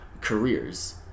careers